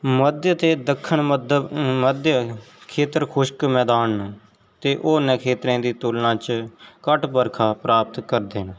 मध्य ते दक्खन मध्य खेतर खुश्क मैदान न ते होरनें खेत्तरें दी तुलना च घट्ट बरखा प्राप्त करदे न